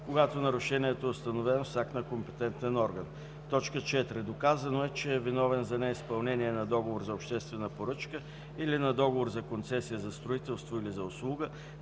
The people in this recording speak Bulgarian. когато нарушението е установено с акт на компетентен орган; 4. доказано е, че е виновен за неизпълнение на договор за обществена поръчка или на договор за концесия за строителство или за услуга,